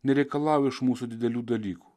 nereikalauja iš mūsų didelių dalykų